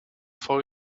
for